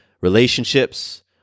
Relationships